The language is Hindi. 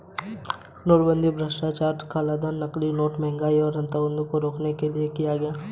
नोटबंदी भ्रष्टाचार, कालाधन, नकली नोट, महंगाई और आतंकवाद को रोकने के लिए किया गया